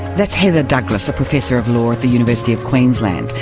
that's heather douglas, a professor of law at the university of queensland.